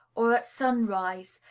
or at sunrise,